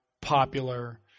popular